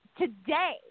Today